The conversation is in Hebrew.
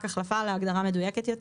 רק החלפה להגדרה מדויקת יותר.